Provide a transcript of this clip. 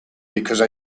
because